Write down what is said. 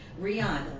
rihanna